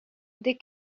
they